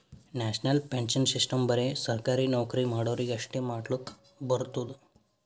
national pension system ಬರೆ ಸರ್ಕಾರಿ ನೌಕರಿ ಮಾಡೋರಿಗಿ ಅಷ್ಟೇ ಮಾಡ್ಲಕ್ ಬರ್ತುದ್